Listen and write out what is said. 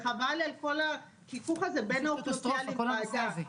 חבל על כל הכיפוף הזה בין האוכלוסייה לוועדה,